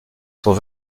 sont